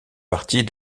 partie